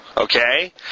Okay